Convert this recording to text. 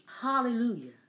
Hallelujah